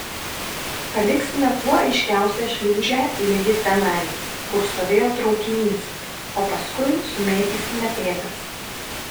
paliksime kuo aiškiausią šliūžę ligi tenai kur stovėjo traukinys o paskui sumėtysime pėdas